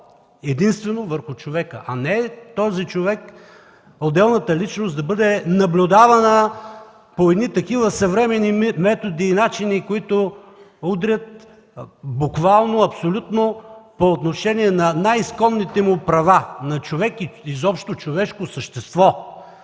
контрола върху човека, а не този човек, отделната личност да бъде наблюдавана с такива съвременни методи и начини, които удрят буквално и абсолютно по отношение на най-изконните права на човек и изобщо човешко същество.